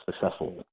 successful